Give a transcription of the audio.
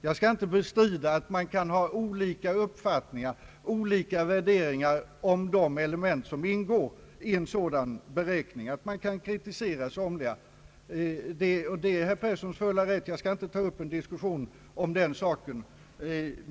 Jag skall inte bestrida att det kan finnas olika värderingar i fråga om de element, som ingår i en sådan beräkning, och att man kan kritisera somliga detaljer. Det är herr Perssons fulla rätt att kritisera, och jag skall inte ta upp en diskussion om den saken.